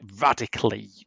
radically